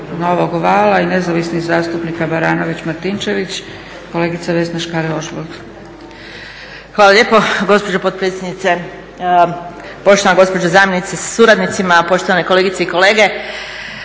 Novog vala i nezavisnih zastupnika Baranović, Martinčević kolegica Vesna Škare-Ožbolt. **Škare Ožbolt, Vesna (DC)** Hvala lijepo gospođo potpredsjednice, poštovana gospođo zamjenice sa suradnicima, poštovane kolegice i kolege.